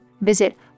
Visit